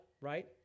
right